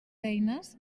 eines